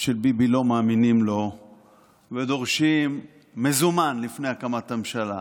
של ביבי לא מאמינים לו ודורשים מזומן לפני הקמת הממשלה,